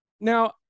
now